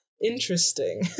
Interesting